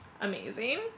Amazing